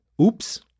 oops